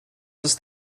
ist